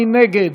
מי נגד?